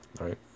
right